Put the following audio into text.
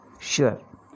sure